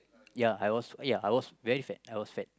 ya I was ya I was very fat I was fat